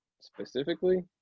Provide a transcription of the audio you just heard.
specifically